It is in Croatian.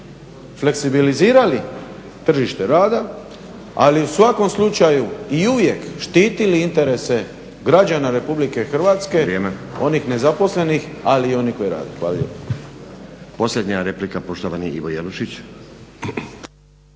fleksibilizirali tržište rada, ali u svakom slučaju i uvijek štitili interese građana Republike Hrvatske, onih nezaposlenih ali i onih koji rade. Hvala lijepo. **Stazić, Nenad (SDP)** Posljednja replika, poštovani Ivo Jelušić.